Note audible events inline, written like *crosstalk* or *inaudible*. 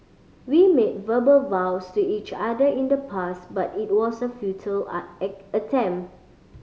we made verbal vows to each other in the past but it was a futile art *unintelligible* attempt